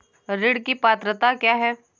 ऋण की पात्रता क्या है?